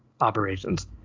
operations